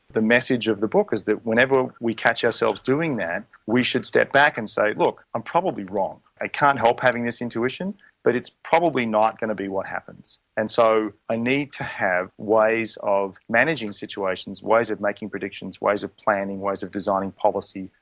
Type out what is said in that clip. the message of the book is that whenever we catch ourselves doing that we should step back and say, look, i'm probably wrong, i can't help having this intuition but it's probably not going to be what happens. and so i need to have ways of managing situations, ways of making predictions, ways of planning, ways of designing policy,